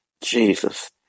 Jesus